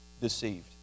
deceived